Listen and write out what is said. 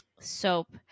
soap